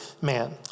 man